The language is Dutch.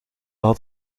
had